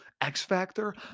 X-Factor